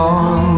on